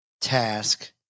task